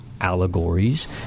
allegories